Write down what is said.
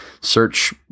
search